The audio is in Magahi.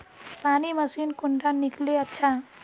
पानी मशीन कुंडा किनले अच्छा?